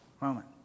moment